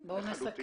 אז בואו נסכם.